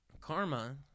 karma